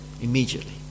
immediately